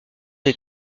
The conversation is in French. des